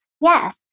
yes